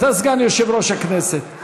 אתה סגן יושב-ראש הכנסת,